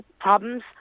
problems